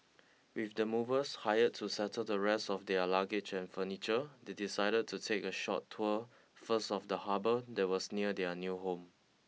with the movers hired to settle the rest of their luggage and furniture they decided to take a short tour first of the harbour that was near their new home